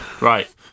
Right